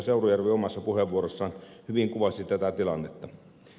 seurujärvi omassa puheenvuorossaan hyvin kuvasi tätä tilannetta